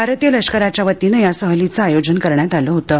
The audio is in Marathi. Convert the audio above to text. भारतीय लष्कराच्या वतीनं या सहलीच आयोजन करण्यात आलं होतं